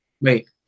Wait